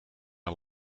een